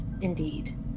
Indeed